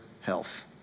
health